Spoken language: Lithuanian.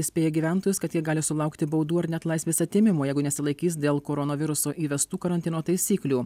įspėja gyventojus kad jie gali sulaukti baudų ar net laisvės atėmimo jeigu nesilaikys dėl koronaviruso įvestų karantino taisyklių